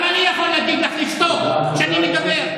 גם אני יכול להגיד לך לשתוק כשאני מדבר.